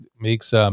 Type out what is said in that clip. makes